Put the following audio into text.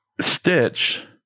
Stitch